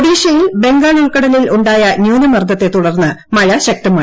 ഒഡീഷയിൽ ബംഗാൾ ഉൾക്കടലിൽ ഉണ്ടായ ന്യൂനമർദ്ദത്തെ തുടർന്ന് മഴ ശക്തമായി